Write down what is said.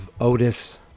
Otis